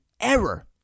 error